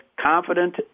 confident